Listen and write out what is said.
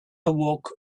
awoke